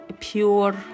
pure